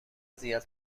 زیاد